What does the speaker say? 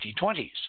2020s